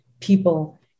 people